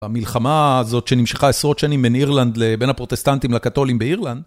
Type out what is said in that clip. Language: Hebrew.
המלחמה הזאת שנמשכה עשרות שנים בין אירלנד לבין הפרוטסטנטים לקתולים באירלנד.